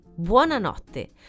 buonanotte